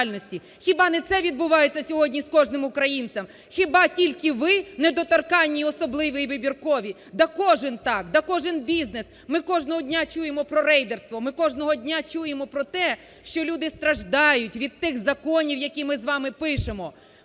Хіба не це відбувається сьогодні з кожним українцем? Хіба тільки ви, недоторканні, особливі і вибіркові? Да кожен так, да кожен бізнес. Ми кожного дня чуємо про рейдерство, ми кожного дня чуємо про те, що люди страждають від тих законів, які ми з вами пишемо.